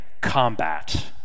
combat